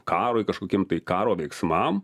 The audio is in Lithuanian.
karui kažkokiem tai karo veiksmam